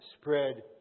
spread